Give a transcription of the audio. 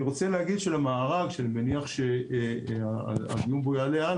אני רוצה להדגיש פה את עניין הים.